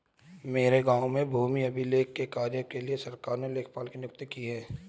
मेरे गांव में भूमि अभिलेख के कार्य के लिए सरकार ने लेखपाल की नियुक्ति की है